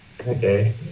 okay